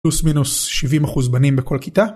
פלוס מינוס 70% בנים בכל כיתה.